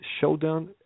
showdown